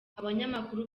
abanyamakuru